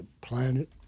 planet